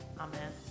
amen